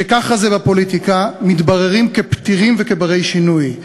שככה זה בפוליטיקה, מתבררים כפתירים וכבני-שינוי.